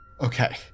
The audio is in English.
Okay